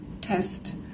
test